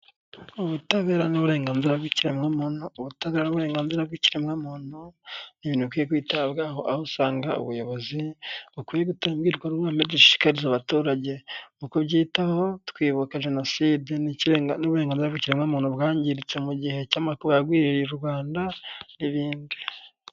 Ubutabera n'uburenganzira bw'ikiremwamuntu ubutabera n'uburenganzira bw'ikiremwamuntu ni ibintu ukwiye kwitabwaho aho usanga ubuyobozi bukwiye gutanga imbwirwaruhame dushikariza abaturage mu kubyitaho twibuka jenoside, n'uburenganzira bw'ikiremwamuntu bwangiritse mu igihe cy'amakuba yagwiriye u Rwanda n'ibindi.